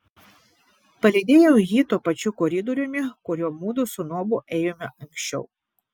palydėjau jį tuo pačiu koridoriumi kuriuo mudu su nobu ėjome anksčiau